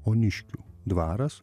oniškių dvaras